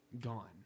gone